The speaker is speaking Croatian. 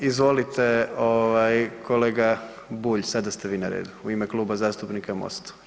Izvolite, kolega Bulj, sada ste vi na redu u ime Kluba zastupnika Mosta.